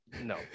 No